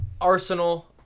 Arsenal